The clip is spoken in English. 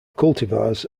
cultivars